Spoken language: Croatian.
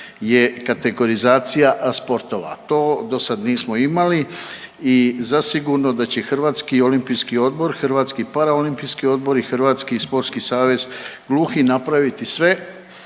je kategorizacija sportova. To do sad nismo imali i zasigurno da će Hrvatski olimpijski odbor, Hrvatski paraolimpijski odbor i Hrvatski sportski savez gluhih napraviti sve